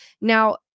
Now